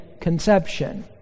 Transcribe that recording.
conception